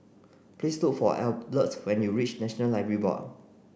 please look for Arleth when you reach National Library Board